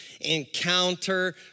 encounter